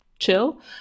chill